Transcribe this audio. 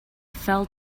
fell